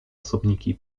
osobniki